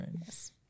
Yes